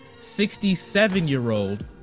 67-year-old